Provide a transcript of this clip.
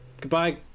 Goodbye